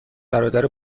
برادر